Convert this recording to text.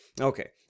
Okay